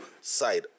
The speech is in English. side